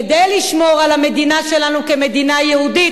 כדי לשמור על המדינה שלנו כמדינה יהודית,